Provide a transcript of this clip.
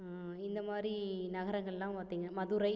இந்த மாதிரி நகரங்களெலாம் பார்த்தீங்க மதுரை